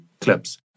clips